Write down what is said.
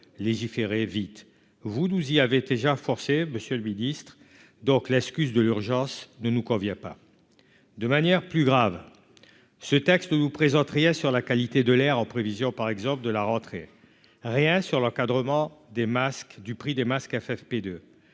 légiférer vite vous 12, il avait déjà forcé, Monsieur le Ministre, donc l'excuse de l'urgence ne nous convient pas, de manière plus grave ce texte vous présenterez sur la qualité de l'air en prévision, par exemple de la rentrée, rien sur l'encadrement des masques du